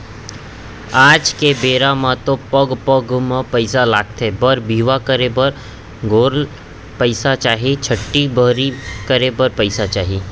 आज के बेरा म तो पग पग म पइसा लगथे बर बिहाव करे बर घलौ पइसा चाही, छठ्ठी बरही करे बर पइसा चाही